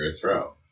throw